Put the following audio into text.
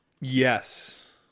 yes